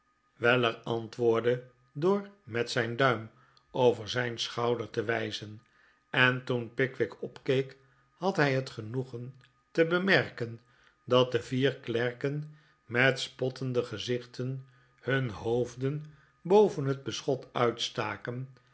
antwoordde door met zijn duim over zijn schouder te wijzen en toen pickwick opkeek had hij het genoegen te bemerken dat de vier klerken met spottende gezichten hun hoofden boven het beschot uitstaken